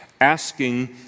asking